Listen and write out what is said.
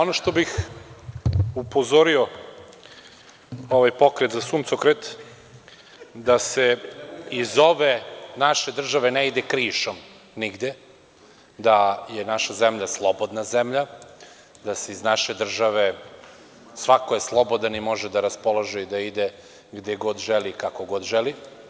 Ono na šta bih upozorio ovaj pokret za suncokret, da se iz ove naše države ne ide krišom nigde, da je naša zemlja slobodna zemlja, da je u našoj državi svako slobodan i može da ide gde god želi, kako god želi.